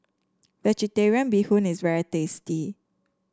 vegetarian Bee Hoon is very tasty